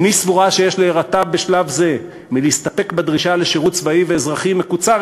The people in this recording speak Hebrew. איני סבורה שיש להירתע בשלב זה מלהסתפק בדרישה לשירות צבאי ואזרחי מקוצר